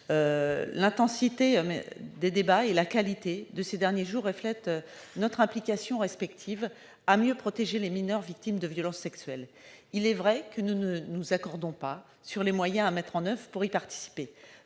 L'intensité et la qualité des débats de ces derniers jours reflètent l'implication de chacun à mieux protéger les mineurs victimes de violences sexuelles. Il est vrai que nous ne nous accordons pas sur les moyens à mettre en oeuvre pour y participer.